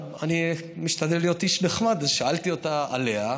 אני משתדל להיות איש נחמד, אז שאלתי אותה עליה.